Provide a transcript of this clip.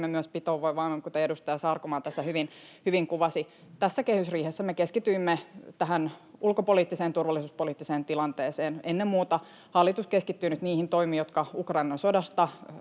myös pitovoimaa, aivan kuten edustaja Sarkomaa tässä hyvin kuvasi. Tässä kehysriihessä me keskityimme tähän ulkopoliittiseen, turvallisuuspoliittiseen tilanteeseen. Ennen muuta hallitus keskittyy nyt niihin toimiin, jotka Ukrainan sodasta